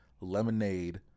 lemonade